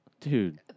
Dude